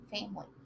family